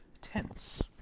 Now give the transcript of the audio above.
tense